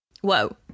Whoa